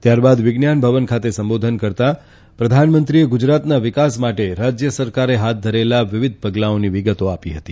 ત્યારબાદ વિજ્ઞાન ભવન ખાતે સંબોધન કરતા પ્રધાનમંત્રીએ ગુજરાતના વિકાસ માટે રાજ્ય સરકારે હાથ ધરેલા વિવિધ પગલાઓની વિગતો આપી હતી